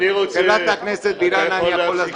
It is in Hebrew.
אני מבין